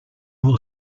will